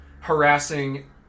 harassing